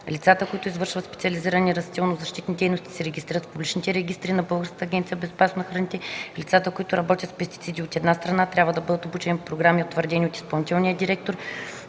лицата, които извършват специализирани растителнозащитни дейности, се регистрират в публичните регистри на Българската агенция по безопасност на храните; лицата, които работят с пестициди, от една страна, трябва да бъдат обучени по програми, утвърдени от изпълнителния директор